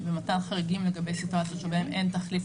לגבי הצורך במתן חריגים במצב שאין תחליף